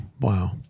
wow